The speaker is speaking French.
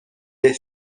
est